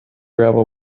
gravel